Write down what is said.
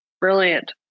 brilliant